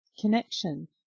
connection